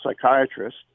psychiatrist